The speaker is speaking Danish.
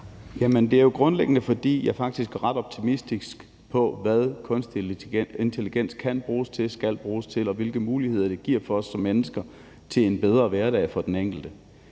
Det er jo grundlæggende, fordi jeg faktisk er ret optimistisk, i forhold til hvad kunstig intelligens kan bruges til og skal bruges til, og hvilke muligheder det giver for os som mennesker for en bedre hverdag for den enkelte.